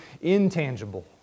intangible